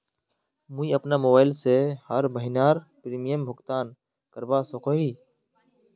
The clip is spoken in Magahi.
मुई अपना मोबाईल से हर महीनार प्रीमियम भुगतान करवा सकोहो ही?